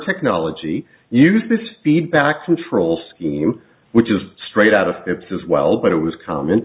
technology use this feedback control scheme which is straight out of its as well but it was common